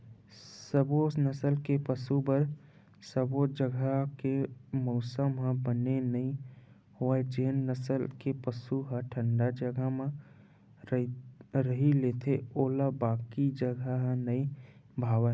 सबो नसल के पसु बर सबो जघा के मउसम ह बने नइ होवय जेन नसल के पसु ह ठंडा जघा म रही लेथे ओला बाकी जघा ह नइ भावय